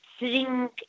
sitting